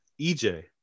EJ